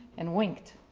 and winked.